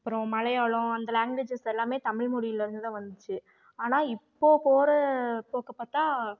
அப்புறோம் மலையாளம் அந்த லாங்குவேஜஸ் எல்லாமே தமிழ்மொழியிலேருந்து தான் வந்துச்சு ஆனால் இப்போது போகிற போக்கை பார்த்தா